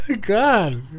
God